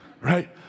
right